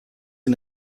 him